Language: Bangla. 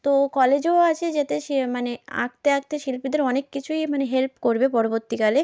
তো কলেজেও আছে যাতে সে মানে আঁকতে আঁকতে শিল্পীদের অনেক কিছুই মানে হেল্প করবে পরবর্তীকালে